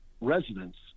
residents